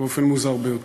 באופן מוזר ביותר.